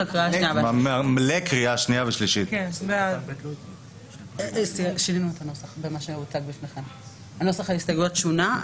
נוסח ההסתייגויות שונה.